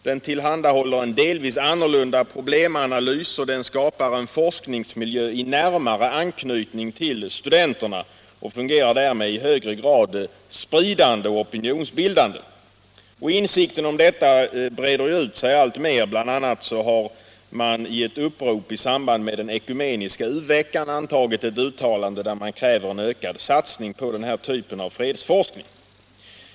Den tillhandahåller en problemanalys som delvis är annorlunda, och den skapar en forskningsmiljö i närmare anknytning till studenterna och fungerar därmed i högre grad spridande och opinionsbildande. Insikten om detta breder ju ut sig alltmer. Bl. a. har man i ett upprop i samband med den ekumeniska u-veckan antagit ett uttalande, där man kräver en ökad satsning på den här typen av fredsforskning.